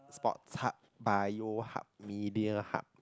sport hub bio hub media hub